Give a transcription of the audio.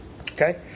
Okay